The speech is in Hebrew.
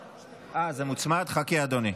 אה, זה מוצמד, חכה, אדוני.